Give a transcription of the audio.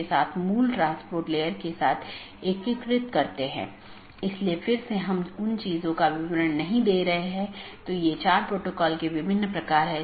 एक पारगमन AS में मल्टी होम AS के समान 2 या अधिक ऑटॉनमस सिस्टम का कनेक्शन होता है लेकिन यह स्थानीय और पारगमन ट्रैफिक दोनों को वहन करता है